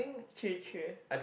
three three